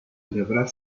celebrar